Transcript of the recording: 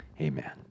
amen